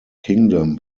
kingdom